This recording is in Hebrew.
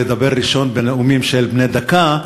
לדבר ראשון בנאומים בני דקה,